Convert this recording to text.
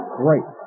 great